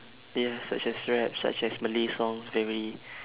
ya such as rap such as malay songs very